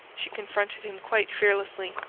she confronted him quite fearlessly.